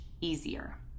easier